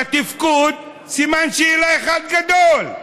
בתפקוד, סימן שאלה אחד גדול,